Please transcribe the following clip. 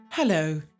Hello